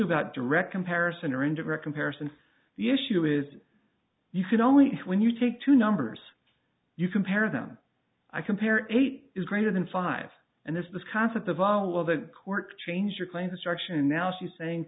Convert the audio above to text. about direct comparison or indirect in paris and the issue is you can only when you take two numbers you compare them i compare eight is greater than five and there's this concept of all of the court change your claims instruction and now she's saying